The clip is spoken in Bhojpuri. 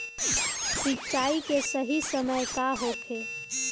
सिंचाई के सही समय का होखे?